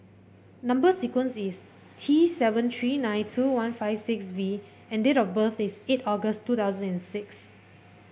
number sequence is T seven three nine two one five six V and date of birth is eight August two thousand and six